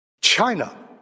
China